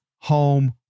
home